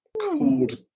called